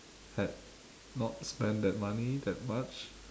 had not spent that money that much